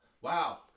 Wow